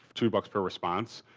two bucks per response.